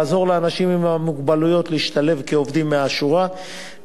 לעזור לאנשים עם מוגבלויות להשתלב כעובדים מהשורה,